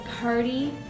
party